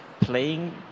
playing